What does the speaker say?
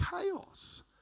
chaos